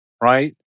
right